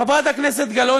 חברת הכנסת גלאון,